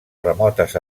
remotes